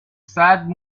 sad